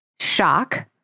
shock